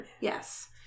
Yes